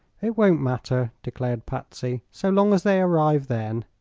it won't matter, declared patsy, so long as they arrive then.